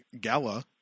gala